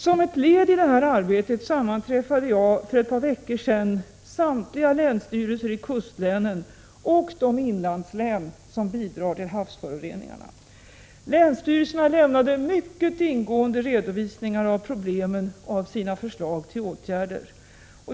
Som ett led i detta arbete sammanträffade jag för ett par veckor sedan med länsstyrelserna i samtliga kustlän och de inlandslän som bidrar till havsföroreningarna. Länsstyrelserna lämnade mycket ingående redovisningar av problemen och av sina förslag till åtgärder.